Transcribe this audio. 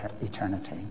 eternity